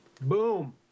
Boom